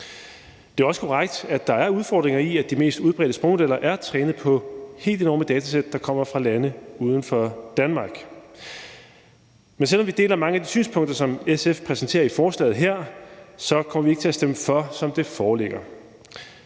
Det er også korrekt, at der er udfordringer i, at de mest udbredte sprogmodeller er trænet i nogle helt enorme datasæt, der kommer fra lande uden for Danmark. Men selv om vi deler mange af de synspunkter, som SF præsenterer i forslaget her, så kommer vi ikke til at stemme for det, som det foreligger.